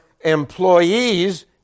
employees